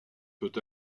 peut